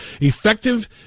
effective